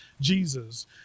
Jesus